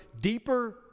deeper